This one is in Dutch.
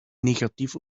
negatief